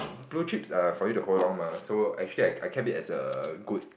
blue chips are for you to hold long mah so actually I I kept it as a good